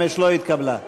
54 לא התקבלה.